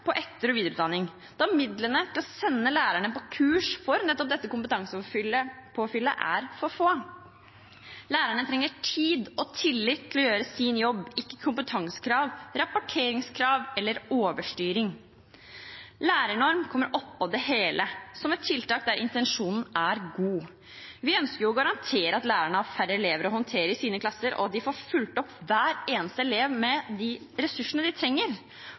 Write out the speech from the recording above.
ta etter- og videreutdanning siden midlene til å sende lærerne på kurs for å få nettopp dette kompetansepåfyllet, er for små. Lærerne trenger tid og tillit til å gjøre sin jobb – ikke kompetansekrav, rapporteringskrav eller overstyring. Lærernormen kommer oppå det hele, som et tiltak der intensjonen er god. Vi ønsker jo å garantere at lærerne har færre elever å håndtere i sine klasser, og at de får fulgt opp hver eneste elev med de ressursene de trenger.